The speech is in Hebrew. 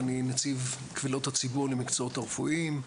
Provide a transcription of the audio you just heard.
אני נציב קבילות הציבור למקצועות הרפואיים,